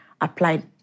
applied